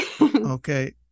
Okay